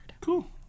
Cool